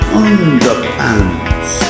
underpants